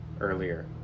Earlier